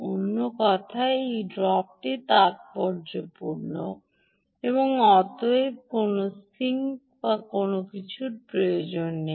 অন্য কথায় এই ড্রপটি তাত্পর্যপূর্ণ এবং অতএব কোনও তাপ সিঙ্ক বা কোনও কিছুর প্রয়োজন নেই